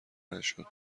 نشد